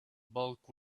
bulk